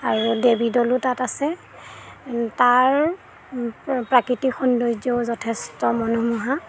আৰু দেৱীদ'লো তাত আছে তাৰ প্ৰাকৃতিক সৌন্দৰ্যও যথেষ্ট মনোমোহা